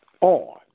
on